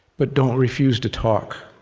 but don't refuse to talk.